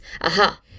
Aha